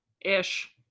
Ish